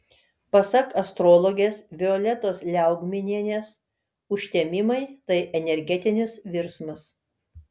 pasak astrologės violetos liaugminienės užtemimai tai energetinis virsmas